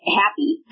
happy